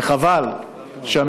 זה גם וגם וגם.